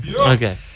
Okay